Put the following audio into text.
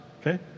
okay